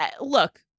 Look